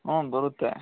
ಹ್ಞೂ ಬರುತ್ತೆ